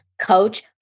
coach